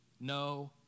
no